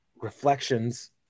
reflections